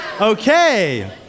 Okay